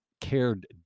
cared